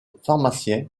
pharmacien